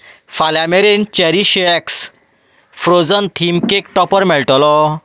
फाल्यां मेरेन चॅरिशि एक्स फ्रोजन थीम केक टॉपर मेळटलो